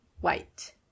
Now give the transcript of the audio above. white